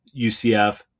UCF